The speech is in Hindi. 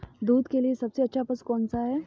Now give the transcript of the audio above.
दूध के लिए सबसे अच्छा पशु कौनसा है?